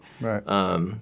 Right